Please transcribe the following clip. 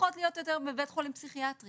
זה לא בית חולים, בואו.